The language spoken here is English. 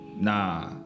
nah